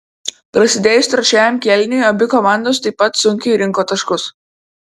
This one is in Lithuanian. prasidėjus trečiajam kėliniui abi komandos taip pat sunkiai rinko taškus